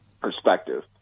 perspective